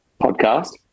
podcast